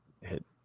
hit